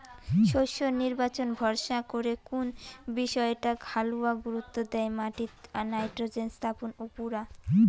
শস্যর নির্বাচন ভরসা করে কুন বিষয়টাক হালুয়া গুরুত্ব দ্যায় মাটিত নাইট্রোজেন স্থাপন উপুরা